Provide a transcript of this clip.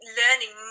learning